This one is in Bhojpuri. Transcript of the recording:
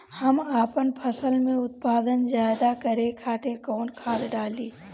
हम आपन फसल में उत्पादन ज्यदा करे खातिर कौन खाद डाली?